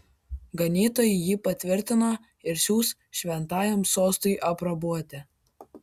ganytojai jį patvirtino ir siųs šventajam sostui aprobuoti